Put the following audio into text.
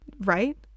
Right